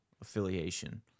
affiliation